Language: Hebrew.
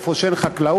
איפה שאין חקלאות,